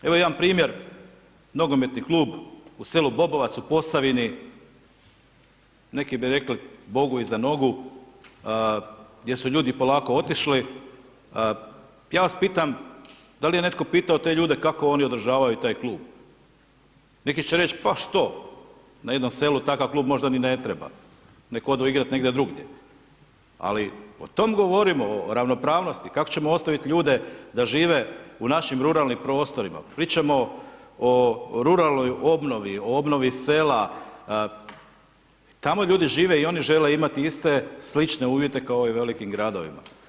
Evo jedan primjer, nogometni klub u selu Bobovac u Posavini, neki bi rekli bogu iza nogu, gdje su ljudi polako otišli, ja vas pitam, da li je netko pitao te ljude kako oni održavaju taj klub, neki će reć pa što, da jednom selu takav klub možda ni ne treba neka odu igrati negdje drugdje, ali o tome govorimo o ravnopravnosti, kako ćemo ostaviti ljude da žive u našim ruralnim prostorima, pričamo o ruralnoj obnovi, obnovi sela, tamo ljudi žive i oni žele imati iste, slične uvijete kao i u velikim gradovima.